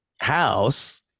house